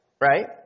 right